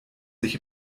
sich